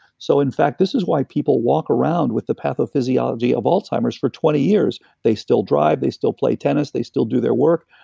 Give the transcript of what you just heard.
so in fact, this is why people walk around with the pathophysiology of alzheimer's for twenty years. they still drive, they still play tennis, they still do their work,